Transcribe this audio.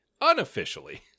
unofficially